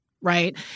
right